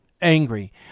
angry